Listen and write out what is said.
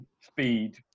speed